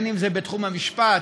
אם בתחום המשפט,